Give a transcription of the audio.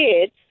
kids